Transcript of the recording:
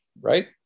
right